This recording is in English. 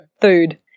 food